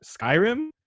Skyrim